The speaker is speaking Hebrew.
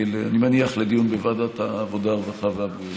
אני מניח, לדיון בוועדת העבודה, הרווחה והבריאות.